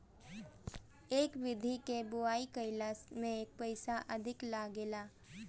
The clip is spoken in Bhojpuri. ए विधि के बोआई कईला में पईसा अधिका लागेला